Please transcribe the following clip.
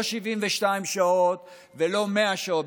לא 72 שעות ולא 100 שעות,